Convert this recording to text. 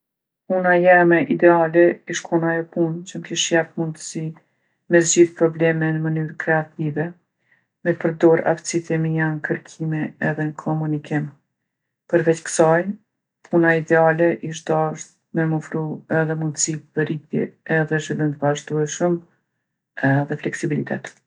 Puna jeme ideale ish kon ajo punë që m'kish jep mundsi me zgjidhë probleme në mënyre kreative, me përdorë aftsitë e mia n'kërkime edhe n'komunikim. Përveç ksaj, puna ideale ish dasht me m'ofru edhe mundsi për rritje edhe zhvillim t'vazhdueshëm edhe fleksibilitet.